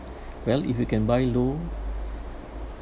well if you can buy low